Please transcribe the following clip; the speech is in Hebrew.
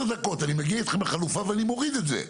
דקות אני מגיע איתכם לחלופה ואני מוריד את זה,